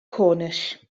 cornish